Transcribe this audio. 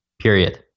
period